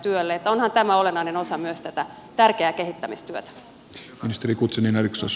onhan tämä olennainen osa myös tätä tärkeää kehittämistyötä